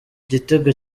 gitego